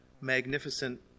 magnificent